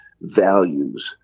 values